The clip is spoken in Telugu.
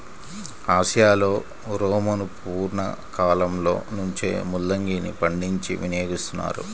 ఆసియాలో రోమను పూర్వ కాలంలో నుంచే ముల్లంగిని పండించి వినియోగిస్తున్నారు